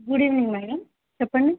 good evening madam చెప్పండి